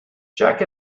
jack